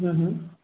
ہوں ہوں